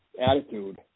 attitude